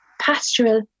Pastoral